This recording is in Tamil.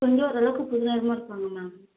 கொஞ்சம் ஒரு அளவுக்கு புது நிறமா இருப்பாங்க மேம்